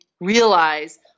realize